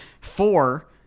four